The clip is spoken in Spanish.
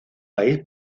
país